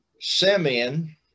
Simeon